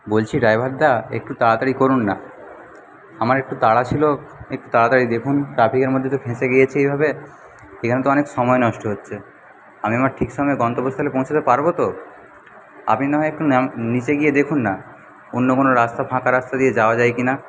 বলছি ড্রাইভারদা একটু তাড়াতাড়ি করুন না আমার একটু তাড়া ছিল একটু তাড়াতাড়ি দেখুন ট্রাফিকের মধ্যে তো ফেঁসে গিয়েছি এইভাবে এখানে তো অনেক সময় নষ্ট হচ্ছে আমি আমার ঠিক সময়ে গন্তব্যস্থলে পৌঁছতে পারবো তো আপনি না হয় একটু নীচে গিয়ে দেখুন না অন্য কোন রাস্তা ফাঁকা রাস্তা দিয়ে যাওয়া যায় কিনা